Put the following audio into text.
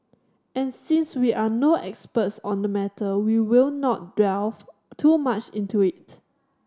and since we are no experts on the matter we will not delve too much into it